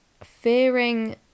fearing